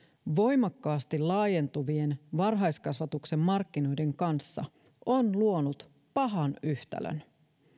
voimakkaasti laajentuvien varhaiskasvatuksen markkinoiden kanssa on luonut pahan yhtälön